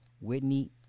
Whitney